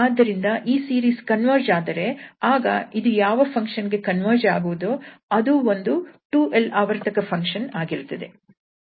ಆದ್ದರಿಂದ ಈ series converge ಆದರೆ ಆಗ ಇದು ಯಾವ ಫಂಕ್ಷನ್ ಗೆ ಕನ್ವರ್ಜ್ ಆಗುವುದೋ ಅದು ಒಂದು 2𝑙 ಆವರ್ತಕ ಫಂಕ್ಷನ್ ಆಗಿರುತ್ತದೆ